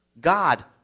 God